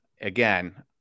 again